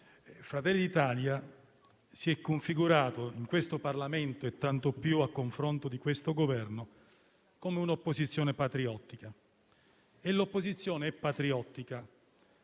Fratelli d'Italia si è configurata in questo Parlamento, e tanto più a confronto di questo Governo, come un'opposizione patriottica e l'opposizione è sempre patriottica,